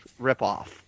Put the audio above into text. ripoff